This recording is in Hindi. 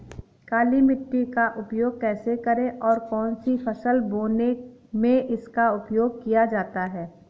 काली मिट्टी का उपयोग कैसे करें और कौन सी फसल बोने में इसका उपयोग किया जाता है?